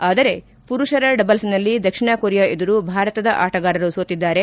ಆದರೆ ಪುರುಷರ ಡಬಲ್ಲ್ನಲ್ಲಿ ದಕ್ಷಿಣ ಕೊರಿಯಾ ಎದುರು ಭಾರತದ ಆಟಗಾರರು ಸೋತಿದ್ದಾರೆ